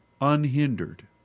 unhindered